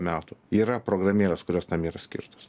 metų yra programėlės kurios tam yra skirtos